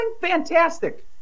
fantastic